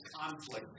conflict